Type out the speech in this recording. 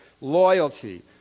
loyalty